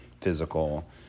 physical